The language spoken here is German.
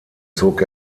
zog